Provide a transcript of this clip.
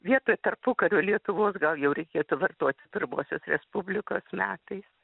vietoj tarpukario lietuvos gal jau reikėtų vartoti pirmosios respublikos metais